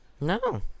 No